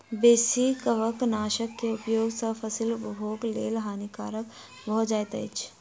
बेसी कवकनाशक के उपयोग सॅ फसील उपभोगक लेल हानिकारक भ जाइत अछि